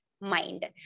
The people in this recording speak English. mind